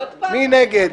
מי נגד?